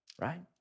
right